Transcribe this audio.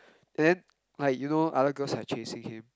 then like you know other girls are chasing him